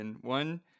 One